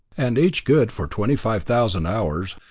and each good for twenty-five thousand hours,